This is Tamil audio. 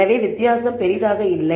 எனவே வித்தியாசம் பெரிதாக இல்லை